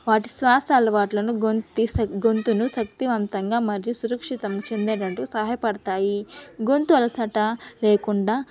వాటి శ్వాస అలవాట్లను గొంత స గొంతును శక్తివంతంగా మరియు సురక్షితం చెందడంలో సహాయపడతాయి గొంతు అలసటా లేకుండా